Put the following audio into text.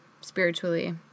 spiritually